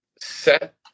set